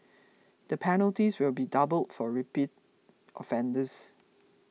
the penalties will be doubled for repeat offenders